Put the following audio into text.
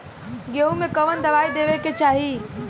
गेहूँ मे कवन दवाई देवे के चाही?